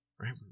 right